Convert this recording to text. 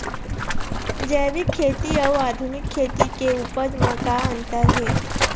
जैविक खेती अउ आधुनिक खेती के उपज म का अंतर हे?